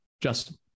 Justin